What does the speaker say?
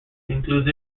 includes